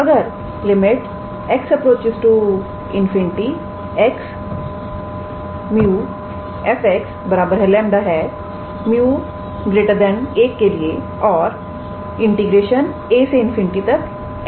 अगर x∞ x𝜇𝑓𝑥 𝜆 है 𝜇 1 के लिए और a∞𝑓𝑥𝑑𝑥 डायवर्स करता है